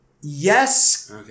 Yes